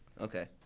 Okay